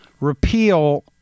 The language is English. repeal